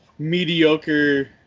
Mediocre